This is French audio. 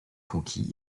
conquis